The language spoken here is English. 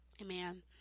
amen